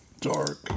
dark